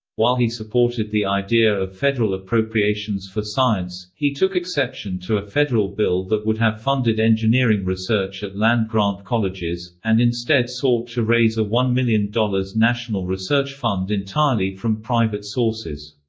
while he supported the idea of federal appropriations for science, he took exception to a federal bill that would have funded engineering research at land-grant colleges, and instead sought to raise a one million dollars national research fund entirely from private sources.